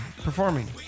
Performing